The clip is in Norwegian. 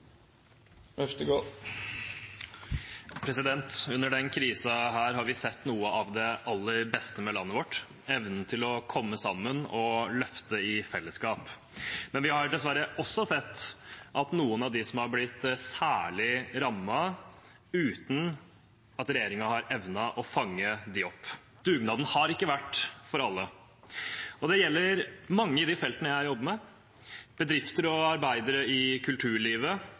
Under denne krisen har vi sett noe av det aller beste med landet vårt: evnen til å komme sammen og løfte i fellesskap. Men vi har dessverre også sett at noen har blitt særlig rammet, uten at regjeringen har evnet å fange dem opp. Dugnaden har ikke vært for alle. Dette gjelder mange på de feltene jeg jobber med, bedrifter og arbeidere i kulturlivet,